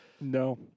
No